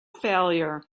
failure